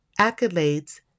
accolades